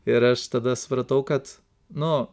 ir aš tada supratau kad nu